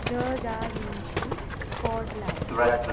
the Da Vinci Code लाय